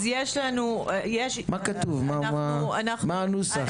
מה הנוסח?